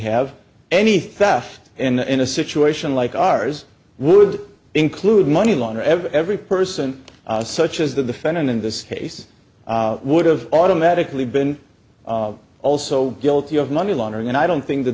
have any theft in a situation like ours would include money laundering ever every person such as the defendant in this case would've automatically been also guilty of money laundering and i don't think that